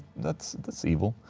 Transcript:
that's that's evil.